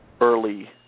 early